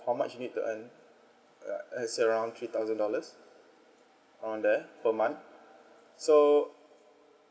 how much you need to earn is around three thousand dollars on there per month so